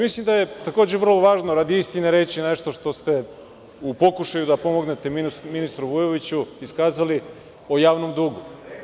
Mislim da je takođe vrlo važno, radi istine, reći nešto što ste u pokušaju da pomognete ministru Vujoviću iskazali o javnom dugu.